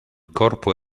corpo